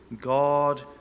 God